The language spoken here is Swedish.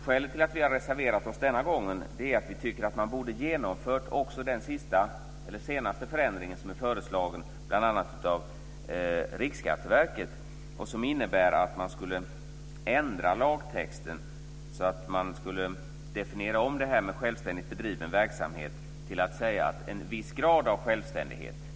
Skälet till att vi har reserverat oss denna gång är att vi tycker att man borde ha genomfört också den senaste förändringen som är föreslagen av bl.a. Riksskatteverket och som innebär att man skulle ändra lagtexten så att detta med självständigt bedriven verksamhet definierades om till en viss grad av självständighet.